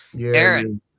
Aaron